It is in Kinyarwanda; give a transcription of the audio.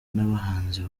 n’abahanzi